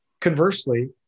Conversely